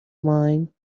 mine